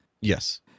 Yes